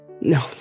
no